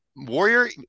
Warrior